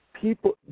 People